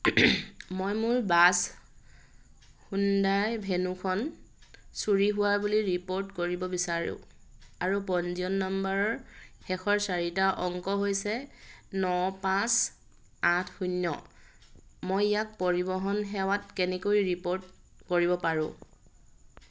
মই মোৰ bus Hyundai ভেন্যুখন চুৰি হোৱা বুলি ৰিপ'ৰ্ট কৰিব বিচাৰোঁ আৰু পঞ্জীয়ন নম্বৰৰ শেষৰ চাৰিটা অংক হৈছে ন পাঁচ আঠ শূন্য মই ইয়াক পৰিৱহণ সেৱাত কেনেকৈ ৰিপ'ৰ্ট কৰিব পাৰোঁ